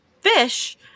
fish